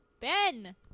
Ben